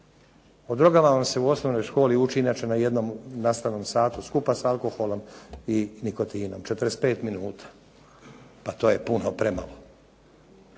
O drogama vam se u osnovnoj školi uči inače na jednom nastavnom satu skupa s alkoholom i nikotinom, 45 minuta. Pa to je puno premalo.